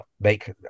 make